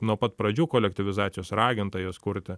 nuo pat pradžių kolektyvizacijos raginta jas kurti